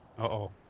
Uh-oh